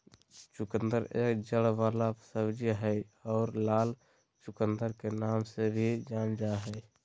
चुकंदर एक जड़ वाला सब्जी हय आर लाल चुकंदर के नाम से भी जानल जा हय